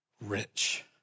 rich